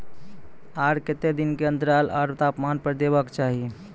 आर केते दिन के अन्तराल आर तापमान पर देबाक चाही?